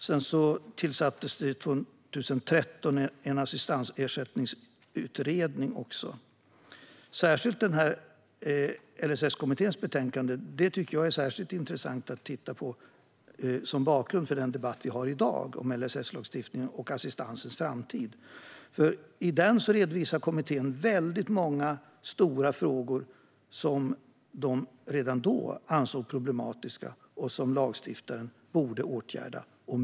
Sedan tillsattes en assistansersättningsutredning 2013. LSS-kommitténs betänkande tycker jag är särskilt intressant att titta på som bakgrund till debatt vi har i dag om LSS-lagstiftningen och assistansens framtid. LSS-kommittén redovisar väldigt många stora frågor som de redan då ansåg problematiska och som lagstiftaren borde åtgärda.